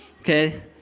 okay